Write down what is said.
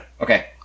okay